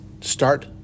start